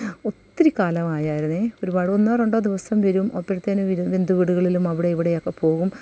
ഒത്തിരി കലാമായായിരുന്നെ ഒരുപാട് ഒന്നോ രണ്ടോ ദിവസം വരും അപ്പോഴത്തേനും ഇവര് ബന്ധുവീടുകളിലും അവിടെ ഇവിടേ ഒക്കെ പോകും